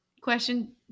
Question